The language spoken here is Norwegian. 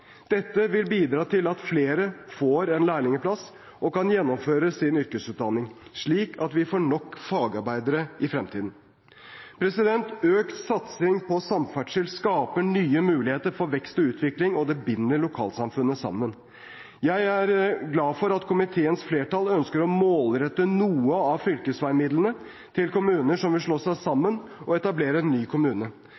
Dette vil bidra til at flere får en lærlingplass og kan gjennomføre sin yrkesutdanning, slik at vi får nok fagarbeidere i fremtiden. Økt satsing på samferdsel skaper nye muligheter for vekst og utvikling, og det binder lokalsamfunn sammen. Jeg er glad for at komiteens flertall ønsker å målrette noe av fylkesveimidlene til kommuner som vil slå seg sammen og etablere en ny kommune.